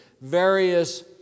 various